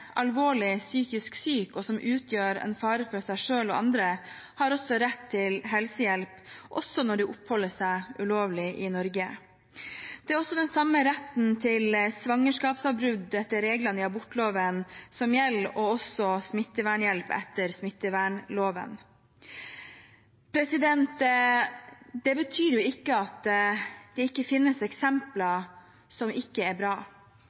oppholder seg ulovlig i Norge. Det er også den samme retten til svangerskapsavbrudd etter reglene i abortloven som gjelder, og også smittevernhjelp etter smittevernloven. Det betyr ikke at det ikke finnes eksempler som ikke er bra.